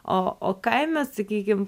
o o kaime sakykim